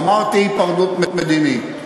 אמרתי היפרדות מדינית.